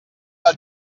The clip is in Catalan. del